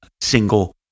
single